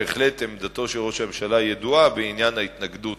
בהחלט, עמדתו של ראש הממשלה ידועה בעניין ההתנגדות